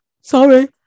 sorry